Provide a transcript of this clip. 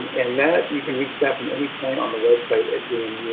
and that you can reach that from any point on the website at jmu.